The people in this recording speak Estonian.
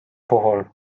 puhul